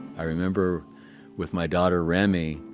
i remember with my daughter, remy,